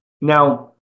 Now